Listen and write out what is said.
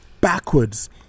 backwards